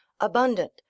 abundant